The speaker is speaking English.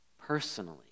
personally